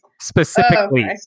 specifically